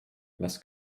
las